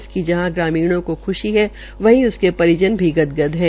इकसीक जहां ग्रामीणो को खुशी है वहीं उनके परिजन गदगद है